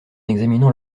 examinant